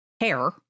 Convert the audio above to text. hair